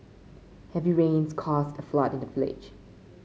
heavy rains caused a flood in the village